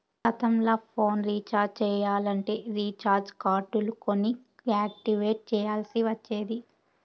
గతంల phone recharge చెయ్యాలంటే recharge కార్డులు కొని యాక్టివేట్ చెయ్యాల్ల్సి ఒచ్చేది